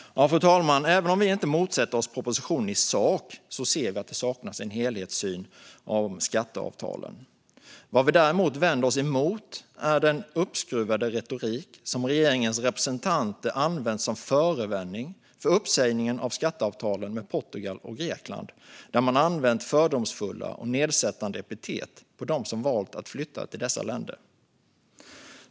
Fru talman! Även om vi inte motsätter oss propositionen i sak ser vi att det saknas en helhetssyn när det gäller skatteavtalen. Vad vi däremot vänder oss emot är den uppskruvade retorik som regeringens representanter använt för att förespråka uppsägning av skatteavtalen med Portugal och Grekland, där man har använt fördomsfulla och nedsättande epitet på dem som valt att flytta till dessa länder.